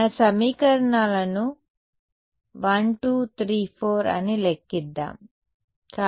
కాబట్టి మన సమీకరణాలను 1 2 3 4 అని లెక్కిద్దాం